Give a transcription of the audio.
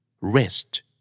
Rest